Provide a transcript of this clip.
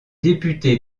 député